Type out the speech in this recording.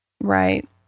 Right